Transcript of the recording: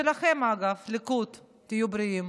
שלכם, אגב, ליכוד, תהיו בריאים,